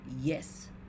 yes